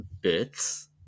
bits